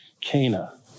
Cana